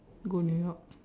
go new york